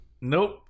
Nope